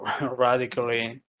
radically